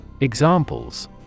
Examples